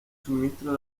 suministro